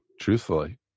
truthfully